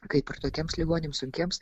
kaip ir tokiems ligoniams sunkiems